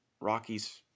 Rockies